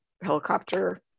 helicopter